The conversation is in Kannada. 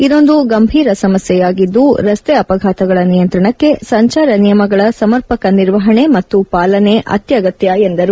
ಇದೊಂದು ಗಂಭೀರ ಸಮಸ್ಯೆಯಾಗಿದ್ದು ರಸ್ತೆ ಅಪಘಾತಗಳ ನಿಯಂತ್ರಣಕ್ಕೆ ಸಂಚಾರ ನಿಯಮಗಳ ಸಮರ್ಪಕ ನಿರ್ವಹಣೆ ಮತ್ತು ಪಾಲನೆ ಅತ್ಯಗತ್ಯ ಎಂದರು